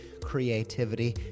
creativity